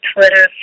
Twitter